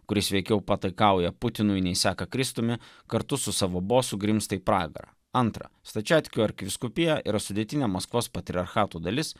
kuris veikiau pataikauja putinui nei seka kristumi kartu su savo bosu grimzta į pragarą antra stačiatikių arkivyskupija yra sudėtinė maskvos patriarchato dalis